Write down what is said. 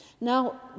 Now